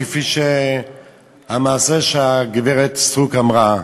כפי שגברת סטרוק אמרה.